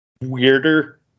weirder